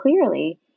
clearly